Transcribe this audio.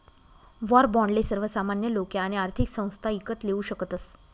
war बाॅन्डले सर्वसामान्य लोके आणि आर्थिक संस्था ईकत लेवू शकतस